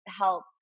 help